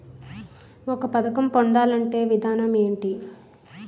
ఒక పథకం పొందాలంటే విధానం ఏంటి?